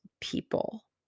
people